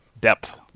depth